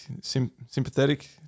sympathetic